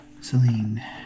Celine